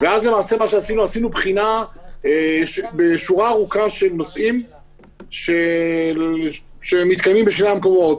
עשינו בחינה של שורה ארוכה של נושאים שמתקיימים בשני המקומות.